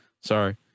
Sorry